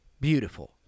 beautiful